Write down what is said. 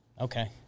Okay